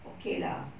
okay lah